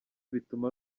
bituma